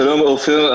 שלום עפר.